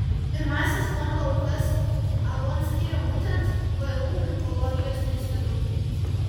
pirmąsias fondo aukas avon skyrė būtent vu onkologijos institutui